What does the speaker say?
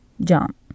Jump